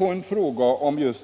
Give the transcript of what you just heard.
I ett frågesvar